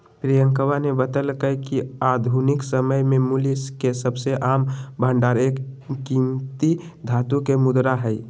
प्रियंकवा ने बतल्ल कय कि आधुनिक समय में मूल्य के सबसे आम भंडार एक कीमती धातु के मुद्रा हई